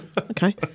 Okay